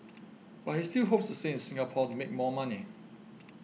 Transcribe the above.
but he still hopes to stay in Singapore to make more money